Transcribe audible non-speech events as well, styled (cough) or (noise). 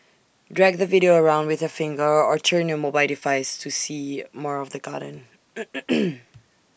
drag the video around with your finger or turn your mobile device to see more of the garden (noise)